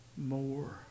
More